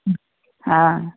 ಹ್ಞೂ ಹಾಂ